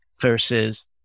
versus